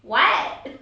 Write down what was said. what